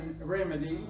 remedy